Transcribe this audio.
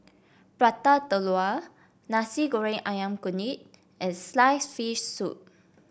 Prata Telur Nasi Goreng ayam Kunyit and slice fish soup